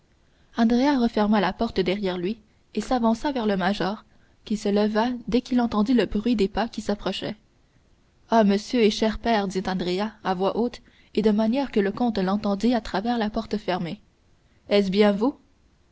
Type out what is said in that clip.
referma la porte derrière lui et s'avança vers le major qui se leva dès qu'il entendit le bruit des pas qui s'approchaient ah monsieur et cher père dit andrea à haute voix et de manière que le comte l'entendit à travers la porte fermée est-ce bien vous